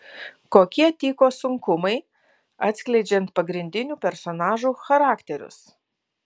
kokie tyko sunkumai atskleidžiant pagrindinių personažų charakterius